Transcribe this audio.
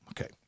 Okay